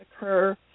occur